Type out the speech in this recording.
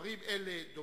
דברים אלה, דומים,